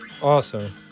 awesome